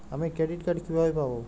আমি credit card কিভাবে পাবো?